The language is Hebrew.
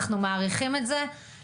אנחנו מעריכים את זה מאוד,